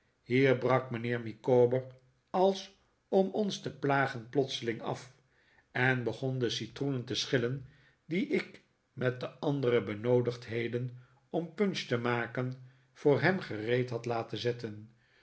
hier brak mijnheer micawber als om ons te plagen plotseling af en begon de citroenen te schillen die ik met de andere benoodigdheden om punch te maken voor hem gereed had laten zetten